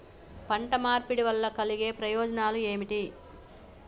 పంట మార్పిడి వల్ల కలిగే ప్రయోజనాలు ఏమిటి?